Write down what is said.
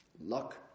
Luck